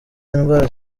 indwara